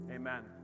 Amen